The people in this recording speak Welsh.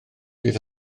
bydd